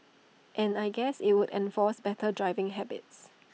and I guess IT would enforce better driving habits